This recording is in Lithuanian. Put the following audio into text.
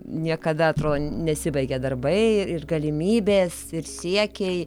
niekada nesibaigia darbai ir galimybės ir siekiai